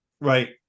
Right